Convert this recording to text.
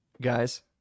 guys